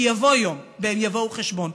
כי יבוא יום והם יבואו חשבון,